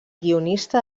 guionista